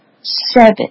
Seven